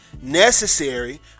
necessary